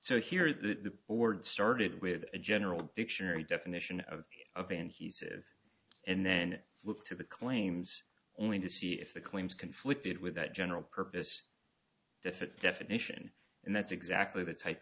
so here the board started with a general dictionary definition of of and he said with and then looked to the claims only to see if the claims conflicted with that general purpose to fit definition and that's exactly the type